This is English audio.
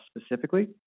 specifically